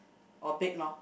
or bake lor